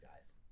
guys